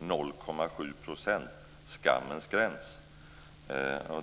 0,7 %- skammens gräns.